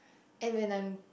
and when I'm